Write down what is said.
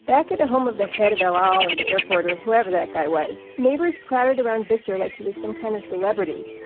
back at the home of the head of el al or the airport or whoever that guy was, neighbors crowded around victor like he was some kind of celebrity.